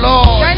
Lord